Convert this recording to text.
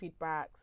feedbacks